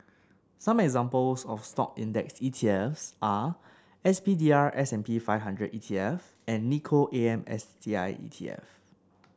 examples of Stock index E T F S are S P D R S five hundred E T F and Nikko A M S T I E T F